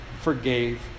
forgave